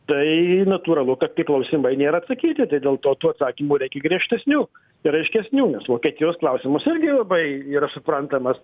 tai natūralu kad tie klausimai nėra atsakyti tai dėl to tų atsakymų reikia griežtesnių ir aiškesnių nes vokietijos klausimas irgi labai yra suprantamas